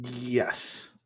yes